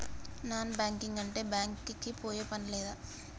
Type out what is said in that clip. Non banking అంటే bank కి పోయే పని లేదా?